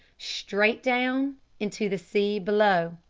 straight down into the sea below.